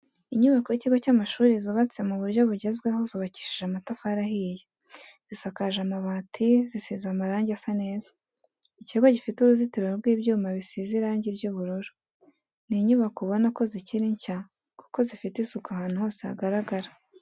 Inyubako y'ikigo cy'amashuri zubatse mu buryo bugezweho zubakishije amatafari ahiye zisakaje amabati zisize amarange asa neza, ikigo gifite uruzitiro rw'ibyuma bisize irangi ry'ubururu. ni inyubako ubona ko zikiri nshya kuko zifite isuku ahantu hose hagaragara.